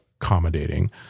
accommodating